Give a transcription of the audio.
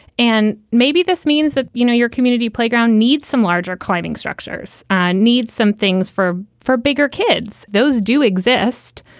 and maybe this means that, you know, your community playground needs some larger climbing structures and need some things for for bigger kids. those do exist.